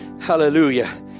Hallelujah